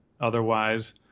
otherwise